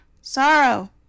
Sorrow